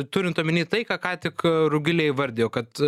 turint omeny tai ką ką tik rugilė įvardijo kad